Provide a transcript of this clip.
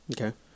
okay